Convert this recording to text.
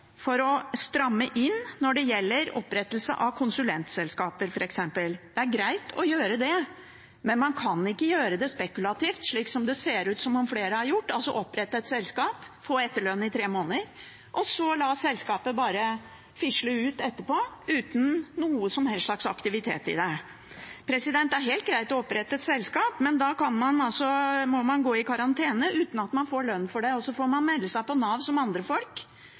for å stramme inn når det gjelder opprettelse av konsulentselskaper f.eks. Det er greit å gjøre det, men man kan ikke gjøre det spekulativt, slik det ser ut som om flere har gjort – opprettet et selskap, fått etterlønn i tre måneder, og så latt selskapet bare fisle ut etterpå, uten noen som helst slags aktivitet i det. Det er helt greit å opprette et selskap, men da må man gå i karantene uten at man får lønn for det, og så får man melde seg for Nav som andre folk